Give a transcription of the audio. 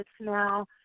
now